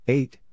Eight